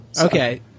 Okay